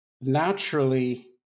naturally